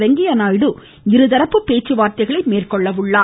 வெங்கையா நாயுடு இருதரப்பு பேச்சுவார்த்தைகளை மேற்கொள்கிறார்